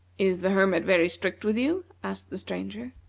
is the hermit very strict with you? asked the stranger.